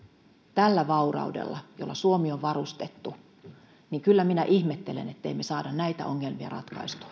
tällä vauraudella jolla suomi on varustettu kyllä minä ihmettelen sitä että me emme saa näitä ongelmia